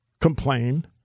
complain